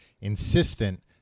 insistent